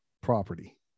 property